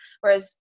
Whereas